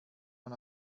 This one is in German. man